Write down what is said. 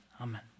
amen